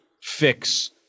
fix